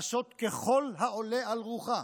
לעשות ככל העולה על רוחה.